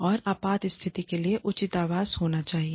और आपात स्थिति के लिए उचित आवास होना चाहिए